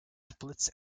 splits